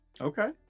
Okay